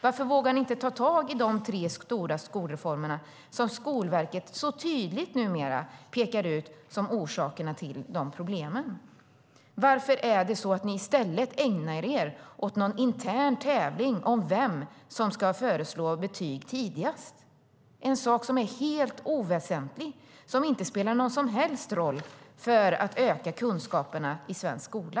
Varför vågar ni inte ta tag i de tre stora skolreformer som Skolverket så tydligt numera pekar ut som orsakerna till problemen? Varför ägnar ni er i stället åt någon intern tävling om vem som ska föreslå betyg tidigast? Det är en sak som är helt oväsentlig och som inte spelar någon som helst roll för att öka kunskaperna i svensk skola.